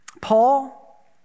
paul